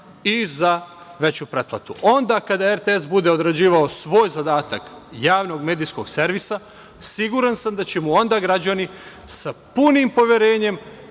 i za veću pretplatu. Onda kada RTS bude odrađivao svoj zadatak javnog medijskog servisa, siguran sam da će mu onda građani sa punim poverenjem